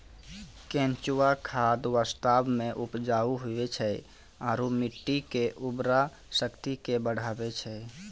केंचुआ खाद वास्तव मे उपजाऊ हुवै छै आरू मट्टी के उर्वरा शक्ति के बढ़बै छै